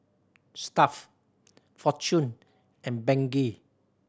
Stuff Fortune and Bengay